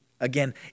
Again